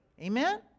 Amen